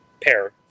pair